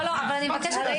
אני מבקשת,